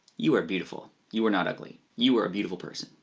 you are beautiful. you are not ugly you are a beautiful person.